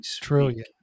trillion